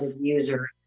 user